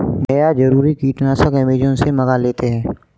भैया जरूरी कीटनाशक अमेजॉन से मंगा लेते हैं